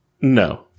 No